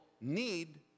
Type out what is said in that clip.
need